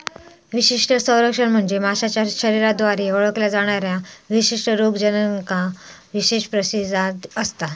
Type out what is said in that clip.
विशिष्ट संरक्षण म्हणजे माशाच्या शरीराद्वारे ओळखल्या जाणाऱ्या विशिष्ट रोगजनकांका विशेष प्रतिसाद असता